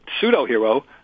pseudo-hero